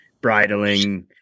bridling